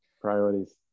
Priorities